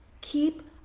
keep